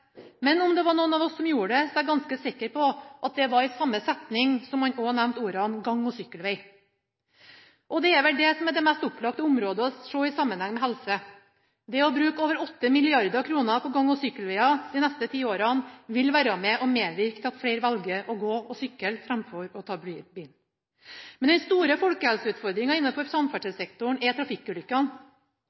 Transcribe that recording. Men om det var noen av oss som gjorde det, er jeg ganske sikker på at det var i samme setning som man også nevnte ordene gang- og sykkelvei. Det er det som er det mest opplagte område å se i sammenheng med helse. Det å bruke over 8 mrd. kr på gang- og sykkelveier de neste ti årene vil være med på å medvirke til at flere velger å gå og sykle framfor å ta bilen. Den store folkehelseutfordringa innafor samferdselssektoren er trafikkulykkene.